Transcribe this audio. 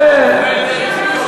מי אמר שזה טוב?